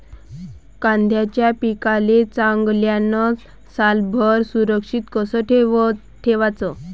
कांद्याच्या पिकाले चांगल्यानं सालभर सुरक्षित कस ठेवाचं?